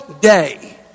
day